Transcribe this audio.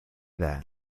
that